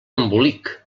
embolic